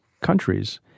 countries